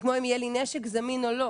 זה כמו אם יהיה לי נשק זמין, או לא.